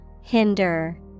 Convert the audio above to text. Hinder